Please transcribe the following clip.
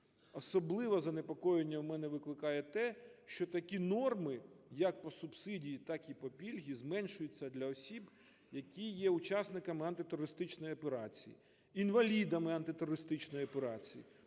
Особливе занепокоєнням у мене викликає те, що такі норми, як по субсидії, так і по пільгам зменшуються для осіб, які є учасниками антитерористичної операції, інвалідами антитерористичної операції.